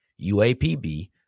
UAPB